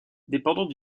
dépendant